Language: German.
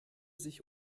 sich